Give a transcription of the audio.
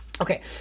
Okay